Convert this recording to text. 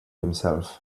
himself